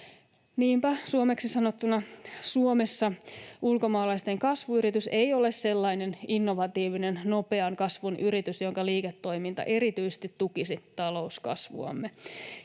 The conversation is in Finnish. Niinpä suomeksi sanottuna Suomessa ulkomaalaisten kasvuyritys ei ole sellainen innovatiivinen nopean kasvun yritys, jonka liiketoiminta erityisesti tukisi talouskasvuamme.